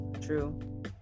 True